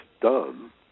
done